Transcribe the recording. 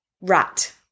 Rat